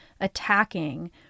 attacking